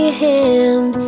hand